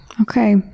Okay